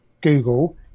Google